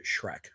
shrek